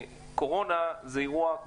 קורונה זה אירוע פעם במאה שנה,